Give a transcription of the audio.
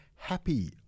happy